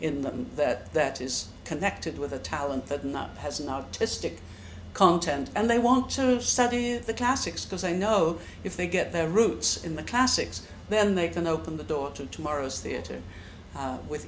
them that that is connected with a talent that not has an artistic content and they want to study the classics because they know if they get their roots in the classics then they can open the door to tomorrow's theater with